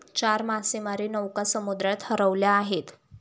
चार मासेमारी नौका समुद्रात हरवल्या आहेत